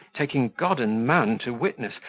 taking god and man to witness,